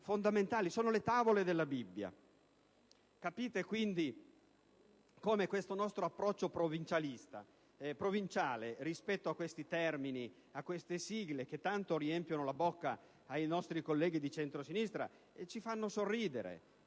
fondamentali, sono le Tavole della Bibbia. Capite quindi come il nostro approccio provinciale rispetto a questi termini, a queste sigle, che tanto riempiono la bocca ai nostri colleghi di centrosinistra, ci fa sorridere,